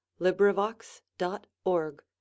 LibriVox.org